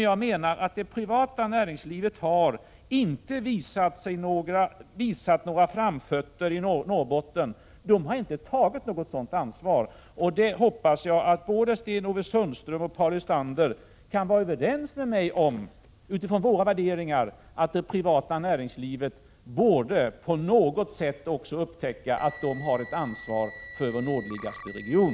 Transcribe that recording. Jag menar att det privata näringslivet inte har visat framfötterna i Norrbotten. Det privata näringslivet har inte tagit något ansvar. Jag hoppas att både Sten-Ove Sundström och Paul Lestander kan vara överens med mig om att det privata näringslivet, utifrån våra värderingar, på något sätt borde kunna upptäcka att det har ett ansvar för vår nordligaste region.